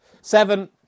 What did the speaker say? Seven